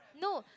no